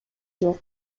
жок